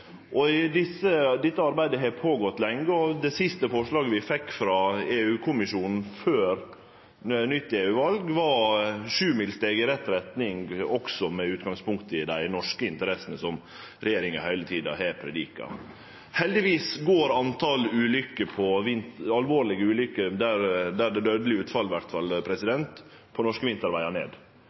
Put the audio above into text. Dette arbeidet har vart lenge, og det siste forslaget vi fekk frå EU-kommisjonen før nytt EU-val var eit sjumilssteg i rett retning, også med utgangspunkt i dei norske interessene som regjeringa heile tida har preika. Heldigvis går talet på alvorlege ulykker på norske vintervegar, der det er dødeleg utfall i alle fall,